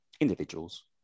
Individuals